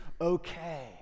okay